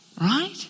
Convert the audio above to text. Right